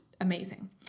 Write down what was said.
amazing